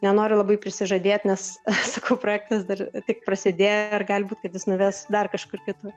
nenoriu labai prisižadėt nes sakau projektas dar tik prasidėjo ir gali būt kad jis nuves dar kažkur kitur